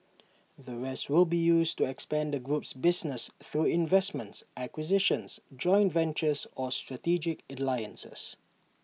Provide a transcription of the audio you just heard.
the rest will be used to expand the group's business through investments acquisitions joint ventures or strategic alliances